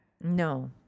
No